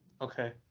Okay